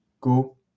Go